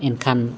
ᱮᱱᱠᱷᱟᱱ